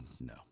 no